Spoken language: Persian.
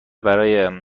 برای